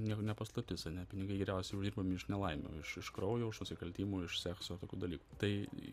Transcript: niekam ne paslaptis ane pinigai geriausiai uždirbami iš nelaimių iš iš kraujo iš nusikaltimų iš sekso tokių dalykų tai